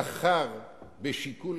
הציבור לא בחר בשיקול,